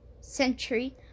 century